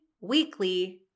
weekly